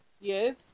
Yes